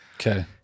Okay